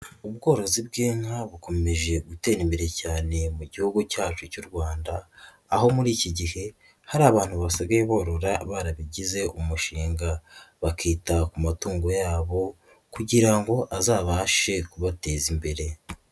Ubworozi bw'inka bukomeje gutera imbere cyane mu gihugu cyacu cy'u Rwanda, aho muri iki gihe hari abantu basigaye borora barabigize umushinga bakita ku matungo yabo kugira ngo azabashe kubateza imbere.